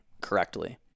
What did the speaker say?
correctly